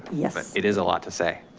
yes. it is a lot to say.